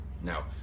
Now